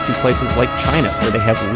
places like china where they have had